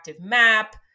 map